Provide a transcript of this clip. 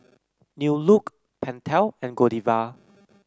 New Look Pentel and Godiva